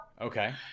Okay